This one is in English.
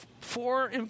four